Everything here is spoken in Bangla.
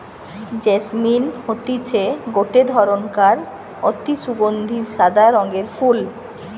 জেসমিন হতিছে গটে ধরণকার অতি সুগন্ধি সাদা রঙের ফুল